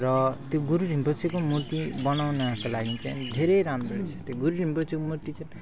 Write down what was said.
र त्यो गुरु रिम्पोछेको मूर्ति बनाउनका लागि चाहिँ धेरै राम्रो हुन्छ त्यो गुरु रिम्पोछेको मूर्ति चाहिँ